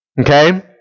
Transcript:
Okay